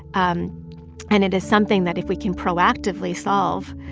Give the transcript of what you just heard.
um and it is something that if we can proactively solve,